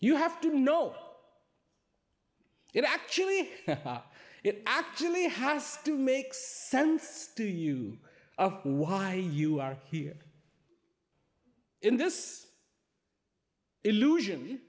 you have to know it actually it actually has to make sense to you why you are here in this illusion